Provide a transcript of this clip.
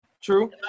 True